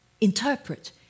interpret